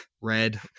Red